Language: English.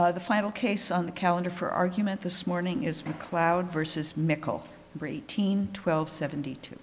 the final case on the calendar for argument this morning is cloud versus mikkel retain twelve seventy two